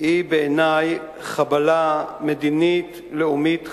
היא בעיני חבלה מדינית לאומית חמורה.